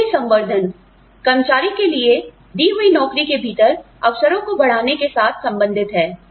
नौकरी संवर्धन कर्मचारी के लिए दी हुई नौकरी के भीतर के अवसरों को बढ़ाने के साथ संबंधित है